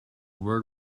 word